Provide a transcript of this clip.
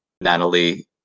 Natalie